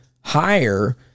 higher